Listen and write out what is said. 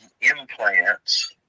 implants